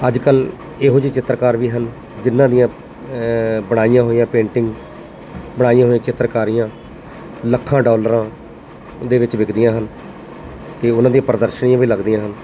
ਅੱਜ ਕੱਲ੍ਹ ਇਹੋ ਜਿਹੇ ਚਿੱਤਰਕਾਰ ਵੀ ਹਨ ਜਿਹਨਾਂ ਦੀਆਂ ਬਣਾਈਆਂ ਹੋਈਆਂ ਪੇਂਟਿੰਗ ਬਣਾਈਆਂ ਹੋਈਆਂ ਚਿੱਤਰਕਾਰੀਆਂ ਲੱਖਾਂ ਡਾਲਰਾਂ ਦੇ ਵਿੱਚ ਵਿਕਦੀਆਂ ਹਨ ਅਤੇ ਉਹਨਾਂ ਦੀਆਂ ਪ੍ਰਦਰਸ਼ਨੀਆਂ ਵੀ ਲੱਗਦੀਆਂ ਹਨ